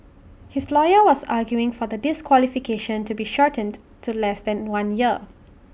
his lawyer was arguing for the disqualification to be shortened to less than one year